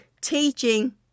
teaching